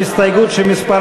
חברי הכנסת, הסתייגות מס'